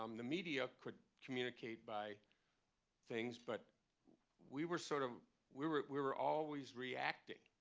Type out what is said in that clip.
um the media could communicate by things, but we were sort of we were we were always reacting.